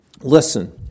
Listen